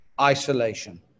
isolation